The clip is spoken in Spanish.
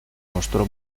mostró